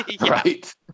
Right